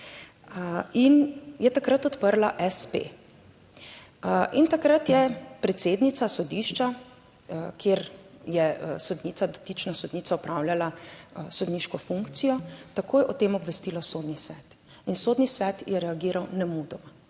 in je takrat odprla espe. In takrat je predsednica sodišča, kjer je sodnica, dotična sodnica opravljala sodniško funkcijo, takoj o tem obvestila Sodni svet in Sodni svet je reagiral nemudoma,